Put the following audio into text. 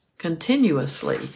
Continuously